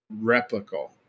replicable